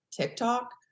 TikTok